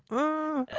ah.